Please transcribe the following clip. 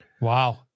Wow